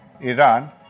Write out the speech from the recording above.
Iran